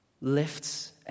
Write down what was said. lifts